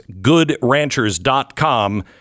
GoodRanchers.com